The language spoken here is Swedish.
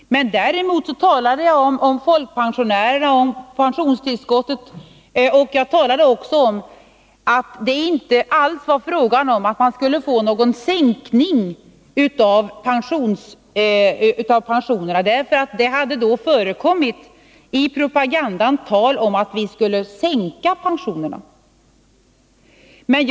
Däremot talade jag om folkpensionen och om pensionstillskottet, och jag meddelade också — därför att det i propagandan då hade förekommit rykten om att vi skulle sänka pensionerna — att det inte alls var fråga om någon sänkning av dem.